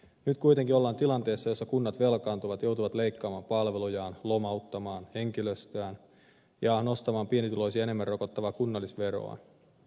nyt kuitenkin ollaan tilanteessa jossa kunnat velkaantuvat joutuvat leikkaamaan palvelujaan lomauttamaan henkilöstöään ja nostamaan pienituloisia enemmän rokottavaa kunnallisveroa